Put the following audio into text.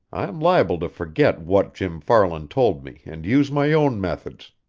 i am liable to forget what jim farland told me and use my own methods.